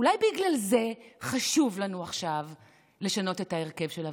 אולי בגלל זה חשוב לנו עכשיו לשנות את ההרכב של הוועדה.